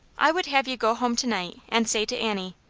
i would have you go home to-night and say to annie,